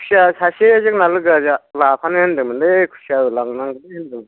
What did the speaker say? खुसिया सासे जोंना लोगोआ जा लाफानो होन्दोंमोनलै खुसिया लांनांगौलै होन्दोंमोन